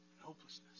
hopelessness